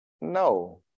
No